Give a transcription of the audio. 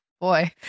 boy